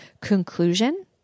conclusion